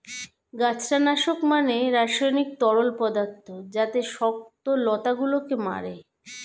গাছড়া নাশক মানে রাসায়নিক তরল পদার্থ যাতে শক্ত লতা গুলোকে মারে